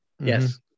Yes